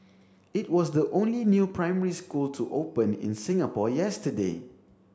it was the only new primary school to open in Singapore yesterday